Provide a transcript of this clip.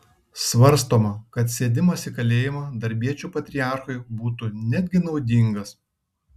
svarstoma kad sėdimas į kalėjimą darbiečių patriarchui būtų netgi naudingas